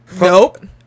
Nope